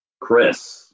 Chris